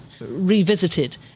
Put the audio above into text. revisited